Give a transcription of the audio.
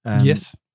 Yes